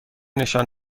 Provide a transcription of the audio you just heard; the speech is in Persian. نشان